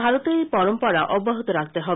ভারতের এই পরম্পরা অব্যাহত রাখতে হবে